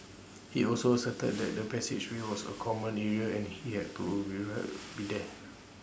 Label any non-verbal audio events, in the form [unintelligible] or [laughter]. [noise] he also asserted that the passageway was A common area and he had [unintelligible] be there